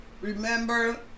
remember